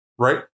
right